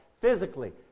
Physically